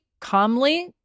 calmly